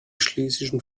schlesischen